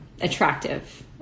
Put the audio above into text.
attractive